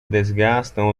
desgastam